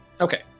Okay